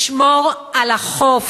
לשמור על החוף